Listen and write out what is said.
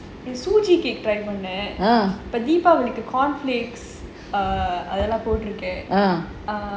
try பண்ணினேன் இப்ப:panninaen ippa corn flakes போட்டு இருக்கேன்:pottu irukaen